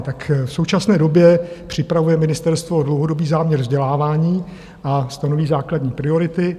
Tak v současné době připravuje ministerstvo dlouhodobý záměr vzdělávání a stanoví základní priority.